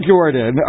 Jordan